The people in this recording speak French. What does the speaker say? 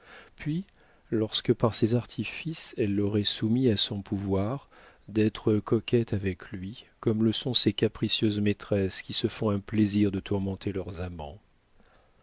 puis lorsque par ses artifices elle l'aurait soumis à son pouvoir d'être coquette avec lui comme le sont ces capricieuses maîtresses qui se font un plaisir de tourmenter leurs amants